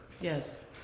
Yes